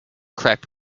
crepe